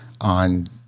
on